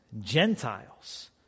Gentiles